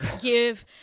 give